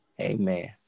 Amen